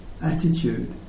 attitude